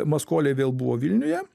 maskoliai vėl buvo vilniuje